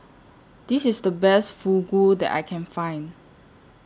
This IS The Best Fugu that I Can Find